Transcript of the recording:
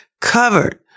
covered